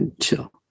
Chill